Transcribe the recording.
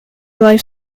life